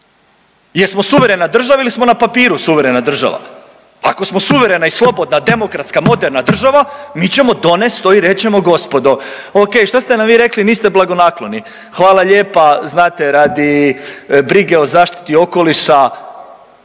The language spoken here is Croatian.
Jesmo suverena država ili smo na papiru suverena država? Ako smo suverena i slobodna, demokratska moderna država mi ćemo donest to i reći ćemo gospodo, ok šta ste nam vi rekli niste blagonakloni, hvala lijepa znate radi brige o zaštiti okoliša